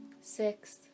six